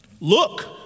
Look